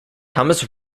thomas